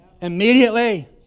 Immediately